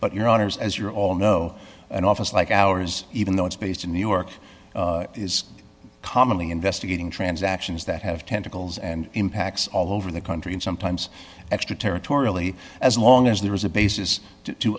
but your honour's as you're all know an office like ours even though it's based in new york is commonly investigating transactions that have tentacles and impacts all over the country and sometimes extraterritoriality as long as there is a basis